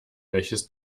welches